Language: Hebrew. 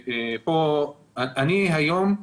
אני היום,